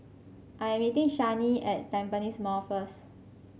I am meeting Shani at Tampines Mall first